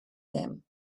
them